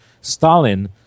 stalin